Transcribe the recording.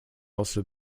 also